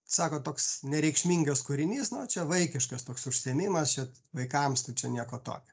sako toks nereikšmingas kūrinys no čia vaikiškas toks užsiėmimas čia vaikams tai čia nieko tokio